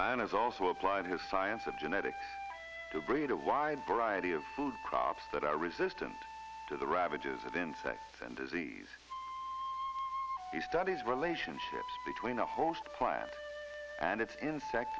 man is also applied his science of genetics to breed a wide variety of food crops that are resist and to the ravages of insects and disease he studies relationships between a host plant and its insect